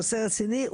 נושא רציני.